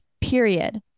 period